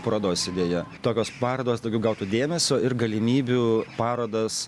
parodos idėja tokios parodos daugiau gautų dėmesio ir galimybių parodas